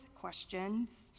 questions